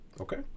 Okay